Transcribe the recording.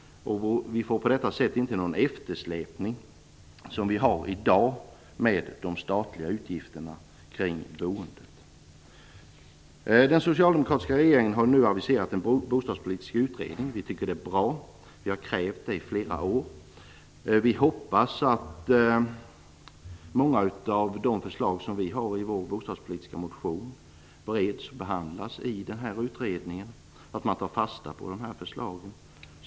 Vi får på detta sätt ingen eftersläpning, vilket vi har i dag, vad gäller de statliga utgifterna kring boendet. Den socialdemokratiska regeringen har nu aviserat en bostadspolitisk utredning. Vi tycker att det är bra. Vi har krävt det i flera år. Vi hoppas att många av de förslag vi har i vår bostadspolitiska motion bereds och behandlas i denna utredning och att man tar fasta på dessa förslag.